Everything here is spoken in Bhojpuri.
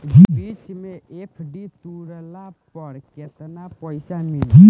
बीच मे एफ.डी तुड़ला पर केतना पईसा मिली?